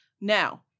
Now